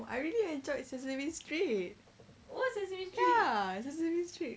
I really enjoyed sesame street ya sesame street